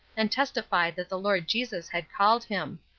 and testify that the lord jesus had called him.